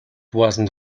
wasn’t